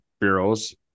bureaus